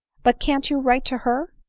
but can't you write to her?